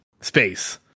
space